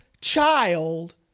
child